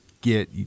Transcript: get